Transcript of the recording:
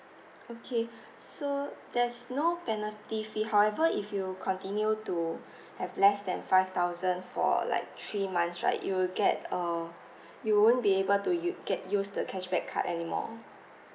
okay so there's no penalty fee however if you continue to have less than five thousand for like three months right you'll get err you won't be able to u~ get use the cashback card anymore